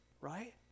right